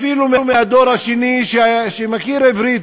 אפילו מהדור השני שמכיר עברית,